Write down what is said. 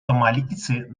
сомалийцы